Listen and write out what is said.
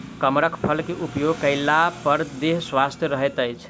कमरख फल के उपभोग कएला पर देह स्वस्थ रहैत अछि